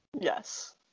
Yes